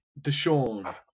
Deshaun